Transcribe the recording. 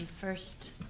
first